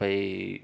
भाई